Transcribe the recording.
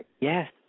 Yes